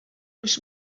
oes